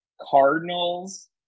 Cardinals